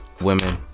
women